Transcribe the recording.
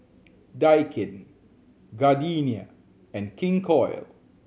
Daikin Gardenia and King Koil